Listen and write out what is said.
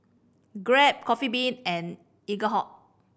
Grab Coffee Bean and Eaglehawk